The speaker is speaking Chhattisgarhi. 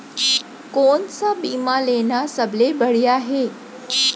कोन स बीमा लेना सबले बढ़िया हे?